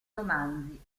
romanzi